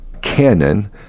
canon